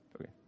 Okay